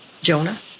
Jonah